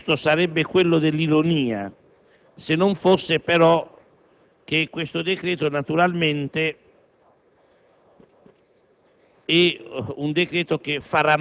il tono forse più giusto sarebbe quello dell'ironia, se non fosse, però, che questo provvedimento naturalmente